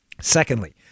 Secondly